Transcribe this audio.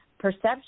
perception